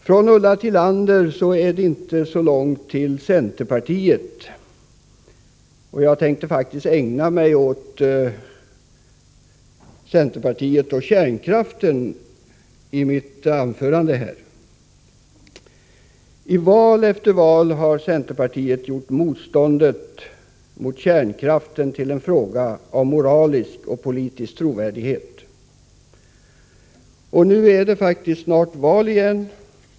Från Ulla Tillander är det inte långt till centerpartiet. Jag tänkte faktiskt ägna mig åt centerpartiet och kärnkraften i mitt anförande. I val efter val har centerpartiet gjort motståndet mot kärnkraften till en fråga om moralisk och politisk trovärdighet. Nu är det snart val igen.